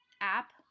app